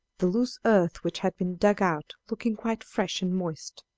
the loose earth which had been dug out looking quite fresh and moist.